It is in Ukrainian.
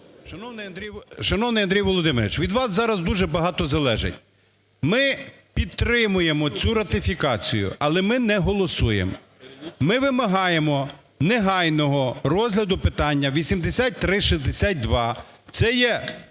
Шановний Андрій Володимирович, від вас зараз дуже багато залежить. Ми підтримуємо цю ратифікацію, але ми не голосуємо. Ми вимагаємо негайного розгляду питання 8362, це є